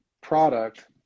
product